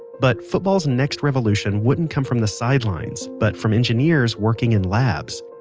but, football's next revolution wouldn't come from the sidelines, but from engineers working in labs.